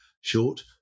short